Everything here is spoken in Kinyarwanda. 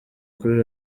kuri